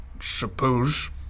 suppose